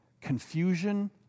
confusion